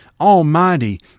almighty